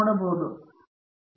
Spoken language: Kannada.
ಪ್ರೊಫೆಸರ್